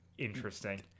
Interesting